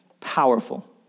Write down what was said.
powerful